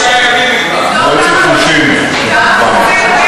מועצת נשים תקבע.